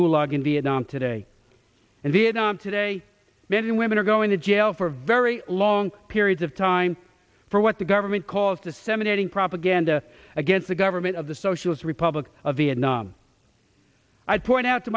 gulag in vietnam today and vietnam today men and women are going to jail for very long periods of time for what the government calls disseminating propaganda against the government of the socialist republic of vietnam i point out to